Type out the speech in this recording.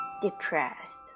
depressed